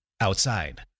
outside